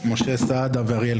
משה סעדה ואריאל